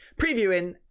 previewing